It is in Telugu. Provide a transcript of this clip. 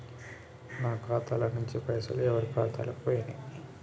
నా ఖాతా ల నుంచి పైసలు ఎవరు ఖాతాలకు పోయినయ్?